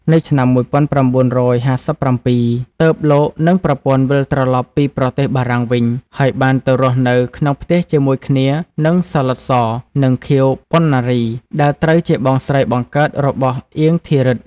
នៅឆ្នាំ១៩៥៧ ទើប លោកនិងប្រពន្ធ វិលត្រឡប់ពីប្រទេសបារាំងវិញ ហើយបានទៅរស់នៅក្នុងផ្ទះជាមួយគ្នានឹង សាឡុត ស និងខៀវ ប៉ុណ្ណារី ដែលត្រូវជាបងស្រីបង្កើតរបស់ អៀង ធីរិទ្ធិ។